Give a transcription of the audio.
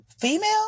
female